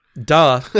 Duh